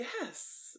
Yes